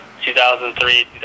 2003